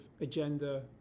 agenda